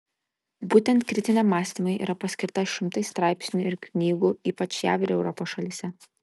būtent kritiniam mąstymui yra paskirta šimtai straipsnių ir knygų ypač jav ir europos šalyse